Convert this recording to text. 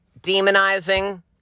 demonizing